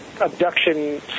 abduction